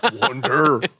Wonder